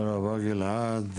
תודה רבה גלעד.